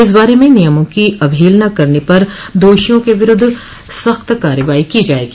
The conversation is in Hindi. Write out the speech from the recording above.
इस बारे में नियमों की अवहेलना करने पर दोषियों के विरूद्ध सख्त कार्रवाई की जायेगी